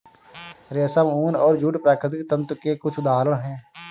रेशम, ऊन और जूट प्राकृतिक तंतु के कुछ उदहारण हैं